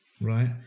right